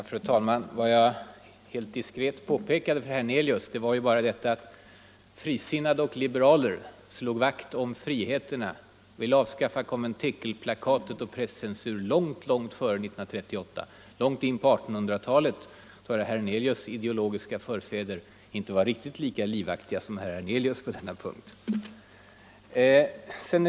Fru talman! Vad jag helt diskret påpekade för herr Hernelius var ju bara detta, att frisinnade och liberaler slog vakt om friheterna, t.ex. ville avskaffa konventikelplakatet och presscensuren långt före år 1938, nämligen redan på 1800-talet. Det var innan herr Hernelius ideologiska förfäder gjorde det; de var inte riktigt lika livaktiga som herr Hernelius är på denna punkt!